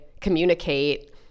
communicate